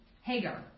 Hagar